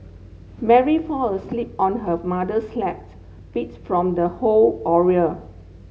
Mary fall asleep on her mother's lap beats from the whole